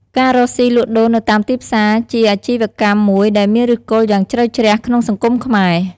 ការរកស៊ីលក់ដូរនៅតាមទីផ្សារជាអាជីវកម្មមួយដែលមានឫសគល់យ៉ាងជ្រៅជ្រះក្នុងសង្គមខ្មែរ។